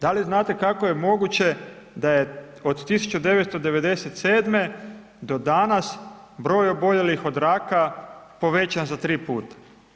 Da li znate kako je moguće da je od 1997. do danas broj oboljelih od raka povećan za 3 puta.